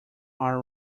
are